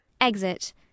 exit